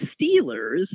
Steelers